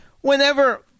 whenever